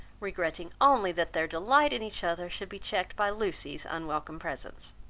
regretting only that their delight in each other should be checked by lucy's unwelcome presence.